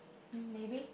maybe